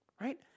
right